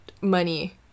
money